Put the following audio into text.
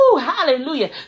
Hallelujah